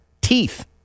teeth